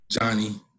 Johnny